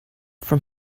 from